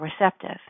receptive